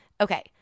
Okay